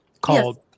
called